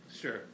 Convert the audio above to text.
Sure